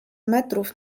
metrów